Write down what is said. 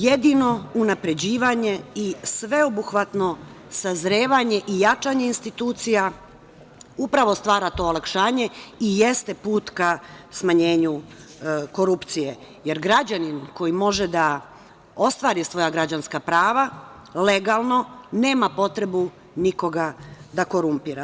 Jedino unapređivanje i sveobuhvatno sazrevanje i jačanje institucija upravo stvara to olakšanje i jeste put ka smanjenju korupcije, jer građanin koji može da ostvari svoja građanska prava legalno nema potrebu nikoga da korumpira.